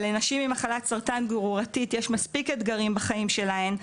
אבל לנשים עם מחלת סרטן גרורתית יש מספיק אתגרים בחיים שלהן,